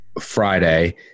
Friday